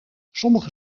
sommige